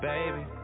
Baby